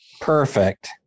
Perfect